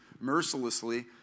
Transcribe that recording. mercilessly